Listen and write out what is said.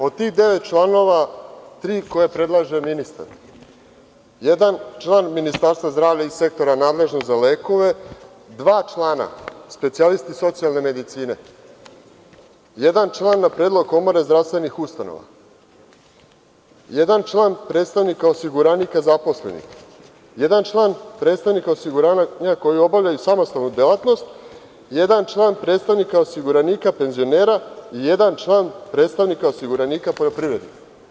Od tih devet članova tri koje predlaže ministar, jedan član Ministarstva zdravlja iz sektora nadležnog za lekove, dva člana specijalisti socijalne medicine, jedan član na predlog Komore zdravstvenih ustanova, jedan član predstavnik osiguranika, jedan član predstavnik osiguranja koji obavljaju samostalnu delatnost, jedan član predstavnik osiguranika penzionera i jedan član predstavnik osiguranika poljoprivrednika.